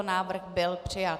Návrh byl přijat.